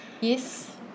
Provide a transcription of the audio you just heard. yes